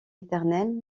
éternelle